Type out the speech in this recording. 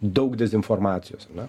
daug dezinformacijos ane